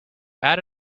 add